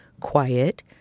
Quiet